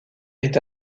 est